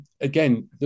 again